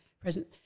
present